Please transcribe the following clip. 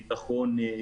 ביטחון,